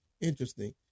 Interesting